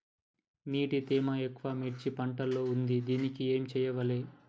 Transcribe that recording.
నీటి తేమ ఎక్కువ మిర్చి పంట లో ఉంది దీనికి ఏం చేయాలి?